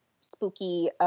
spooky